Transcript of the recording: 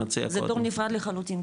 זה תור נפרד לחלוטין,